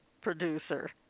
producer